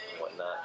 whatnot